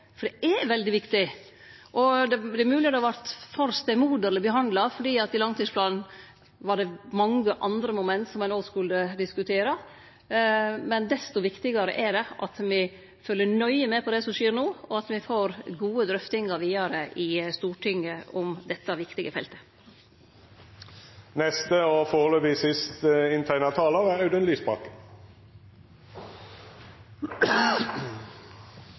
For det er veldig viktig. Det er mogleg at det vart for stemoderleg behandla, for i langtidsplanen var det mange andre moment som ein òg skulle diskutere, men desto viktigare er det at me følgjer nøye med på det som skjer no, og at me får gode drøftingar vidare i Stortinget om dette viktige feltet. Jeg vil også bare få slutte meg til begrunnelsen for hvorfor det er